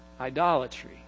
idolatry